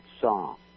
song